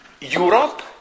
Europe